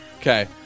okay